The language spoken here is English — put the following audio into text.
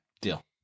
Deal